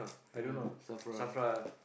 ya Safra